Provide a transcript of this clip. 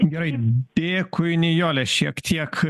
gerai dėkui nijole šiek tiek